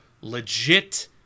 legit